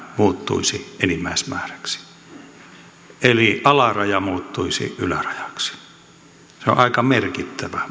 muuttuisi enimmäismääräksi eli alaraja muuttuisi ylärajaksi se on aika merkittävä